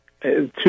two